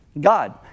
God